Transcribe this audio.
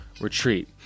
retreat